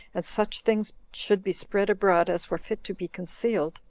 and such things should be spread abroad as were fit to be concealed,